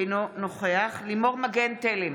אינו נוכח לימור מגן תלם,